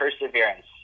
perseverance